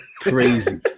Crazy